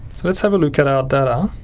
let's have a look at our data